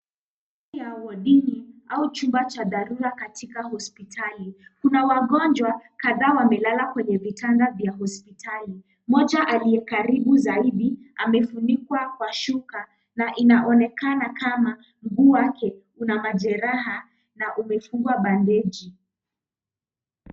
Wodini au chumba cha dharura, katika hospitali. Kuna wagonjwa kadhaa wamelala kwenye vitanda vya hospitali. Moja aliye karibu zaidi, amefunikwa kwa shuka na inaonekana kama mguu wake una majeraha na umefungwa bandeji.